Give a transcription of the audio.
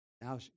Now